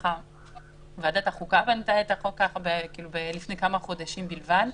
כך ועדת החוקה בנתה את החוק לפני כמה חודשים בלבד,